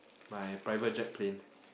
my private jet plane